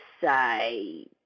say